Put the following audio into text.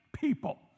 people